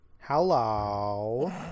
Hello